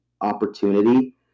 opportunity